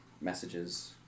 messages